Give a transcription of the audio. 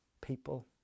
people